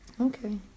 Okay